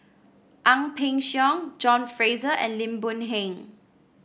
Ang Peng Siong John Fraser and Lim Boon Heng